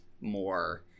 more